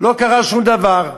לא קרה שום דבר.